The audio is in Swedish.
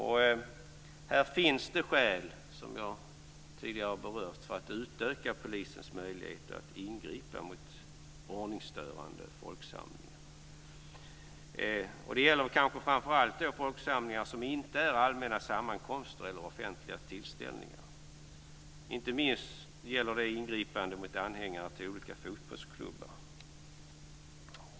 Här finns det skäl, som jag tidigare berört, för att utöka polisens möjligheter att ingripa mot ordningsstörande folksamlingar. Det gäller kanske framför allt folksamlingar som inte är allmänna sammankomster eller offentliga tillställningar. Inte minst gäller det ingripande mot anhängare till olika fotbollsklubbar.